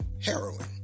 heroin